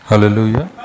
Hallelujah